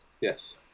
Yes